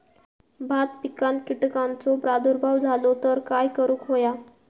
भात पिकांक कीटकांचो प्रादुर्भाव झालो तर काय करूक होया?